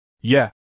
Yeah